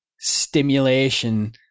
stimulation